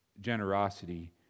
generosity